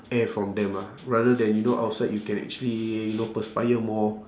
air from them ah rather than you know outside you can actually you know perspire more